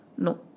No